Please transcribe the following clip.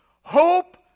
Hope